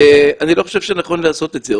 אני לא חושב שנכון לעשות את זה.